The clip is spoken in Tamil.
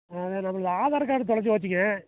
அது நம்மளோட ஆதார் கார்ட் தொலைஞ்சி போச்சுங்க